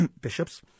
bishops